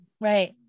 right